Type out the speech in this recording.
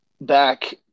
back